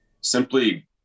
simply